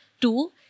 two